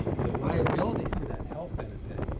the liability for that health benefit,